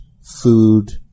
food